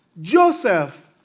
Joseph